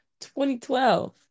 2012